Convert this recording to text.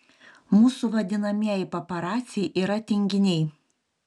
mūsų vadinamieji paparaciai yra tinginiai